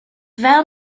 fel